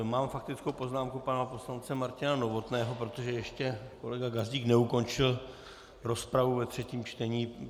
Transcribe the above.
Mám faktickou poznámku pana poslance Martina Novotného, protože ještě kolega Gazdík neukončil rozpravu ve třetím čtení.